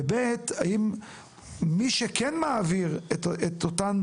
וב', האם מי שכן מעביר את אותם